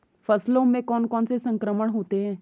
फसलों में कौन कौन से संक्रमण होते हैं?